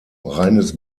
reines